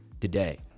today